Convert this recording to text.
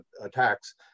attacks